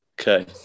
Okay